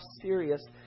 serious